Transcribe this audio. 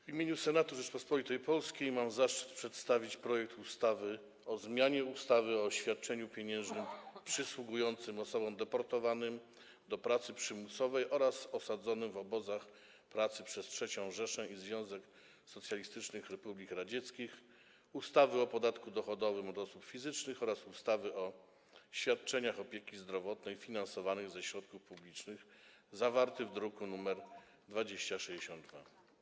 W imieniu Senatu Rzeczypospolitej Polskiej mam zaszczyt przedstawić projekt ustawy o zmianie ustawy o świadczeniu pieniężnym przysługującym osobom deportowanym do pracy przymusowej oraz osadzonym w obozach pracy przez III Rzeszę i Związek Socjalistycznych Republik Radzieckich, ustawy o podatku dochodowym od osób fizycznych oraz ustawy o świadczeniach opieki zdrowotnej finansowanych ze środków publicznych, druk nr 2062.